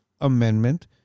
amendment